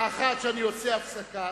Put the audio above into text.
האחת היא שאני עושה הפסקה,